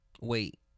wait